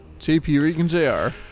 jpreganjr